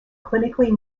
clinically